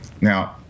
Now